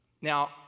Now